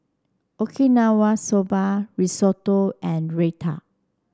Okinawa Soba Risotto and Raita